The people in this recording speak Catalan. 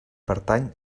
pertany